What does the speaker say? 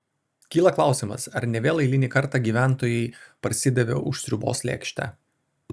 kyla klausimas ar ne vėl eilinį kartą gyventojai parsidavė už sriubos lėkštę